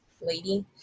lady